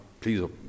please